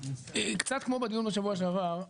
קצת כמו בדיון בשבוע שעבר,